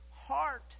heart